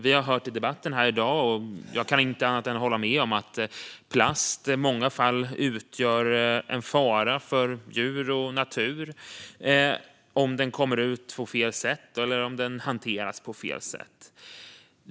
Vi har hört här i debatten i dag, vilket jag inte kan göra annat än hålla med om, att plast i många fall utgör en fara för djur och natur om den kommer ut på fel sätt eller hanteras på fel sätt.